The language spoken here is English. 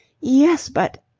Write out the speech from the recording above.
yes, but.